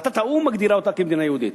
החלטת האו"ם מגדירה אותה כמדינה יהודית.